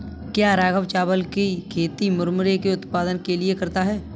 क्या राघव चावल की खेती मुरमुरे के उत्पाद के लिए करता है?